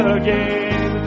again